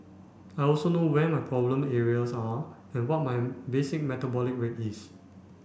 I also know where my problem areas are and what my basic metabolic rate is